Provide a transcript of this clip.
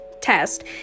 test